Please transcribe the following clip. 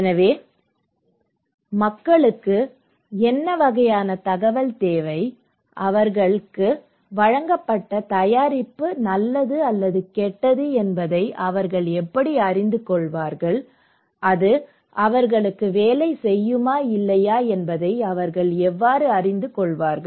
எனவே மக்களுக்கு என்ன வகையான தகவல் தேவை அவர்களுக்கு வழங்கப்பட்ட தயாரிப்பு நல்லது அல்லது கெட்டது என்பதை அவர்கள் எப்படி அறிந்து கொள்வார்கள் அது அவர்களுக்கு வேலை செய்யுமா இல்லையா என்பதை அவர்கள் எவ்வாறு அறிந்து கொள்வார்கள்